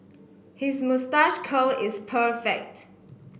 his moustache curl is perfect